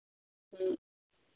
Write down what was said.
ᱦᱮᱸ